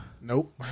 Nope